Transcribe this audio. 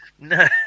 No